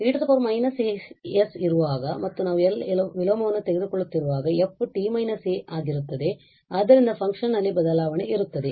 ಆದ್ದರಿಂದ e −as ಇರುವಾಗ ಮತ್ತು ನಾವು L ವಿಲೋಮವನ್ನು ತೆಗೆದುಕೊಳ್ಳುತ್ತಿರುವಾಗ ಇದು f t − a ಆಗಿರುತ್ತದೆ ಆದ್ದರಿಂದ ಫಂಕ್ಷನ್ ನಲ್ಲಿ ಬದಲಾವಣೆ ಇರುತ್ತದೆ